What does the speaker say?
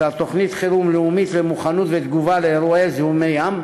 תוכנית חירום לאומית למוכנות ולתגובה לאירועי זיהום ים.